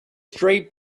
straight